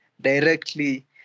directly